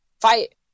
fight